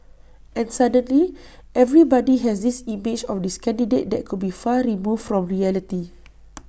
and suddenly everybody has this image of this candidate that could be far removed from reality